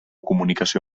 comunicació